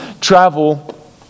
travel